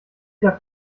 darf